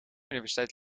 universiteit